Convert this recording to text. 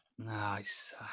Nice